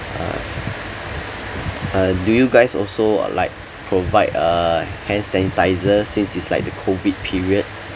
uh uh do you guys also uh like provide uh hand sanitiser since it's like the COVID period